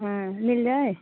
हाँ मिल जाएगी